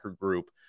group